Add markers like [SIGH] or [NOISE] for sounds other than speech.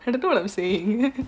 அதுபோல: adhu pola I'm saying [LAUGHS]